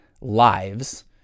lives